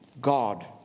God